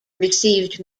received